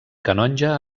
canonge